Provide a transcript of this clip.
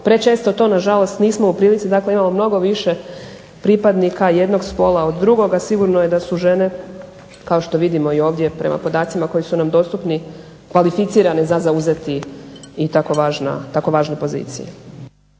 Prečesto to nismo u prilici, imamo mnogo više pripadnika jednog spola od drugog sigurno je da su žene, kao što vidimo ovdje prema podacima koji su nam dostupne kvalificirane za zauzeti tako važne pozicije.